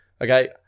okay